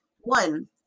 One